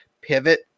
pivot